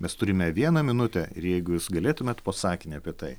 mes turime vieną minutę ir jeigu jūs galėtumėt po sakinį apie tai